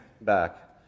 back